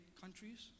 countries